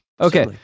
okay